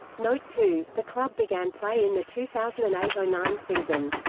note two the club began play in the two thousand and eight nine season.